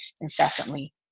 incessantly